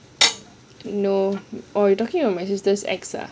no or you talking about my sister's ex ah